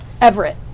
Everett